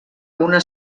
una